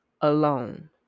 alone